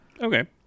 Okay